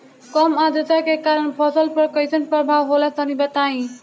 कम आद्रता के कारण फसल पर कैसन प्रभाव होला तनी बताई?